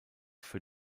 für